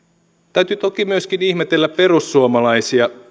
täytyy toki myöskin ihmetellä perussuomalaisia